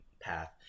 path